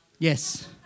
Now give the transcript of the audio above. Yes